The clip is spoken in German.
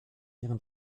ihren